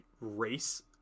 race